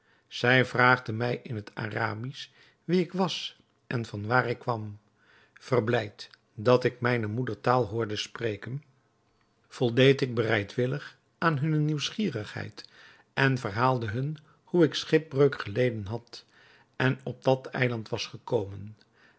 zij vraagden mij in het arabisch wie ik was en van waar ik kwam verblijd dat ik mijne moedertaal hoorde spreken voldeed ik bereidwillig aan hunne nieuwsgierigheid en verhaalde hun hoe ik schipbreuk geleden had en op dat eiland was gekomen